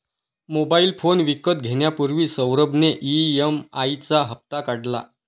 mobile phone विकत घेण्यापूर्वी सौरभ ने ई.एम.आई चा हप्ता काढला